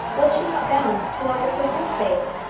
was she not bound to want it for his sake?